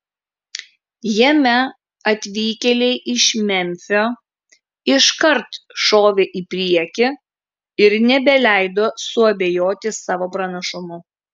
jame atvykėliai iš memfio iškart šovė į priekį ir nebeleido suabejoti savo pranašumu